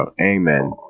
Amen